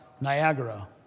Niagara